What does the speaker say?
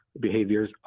behaviors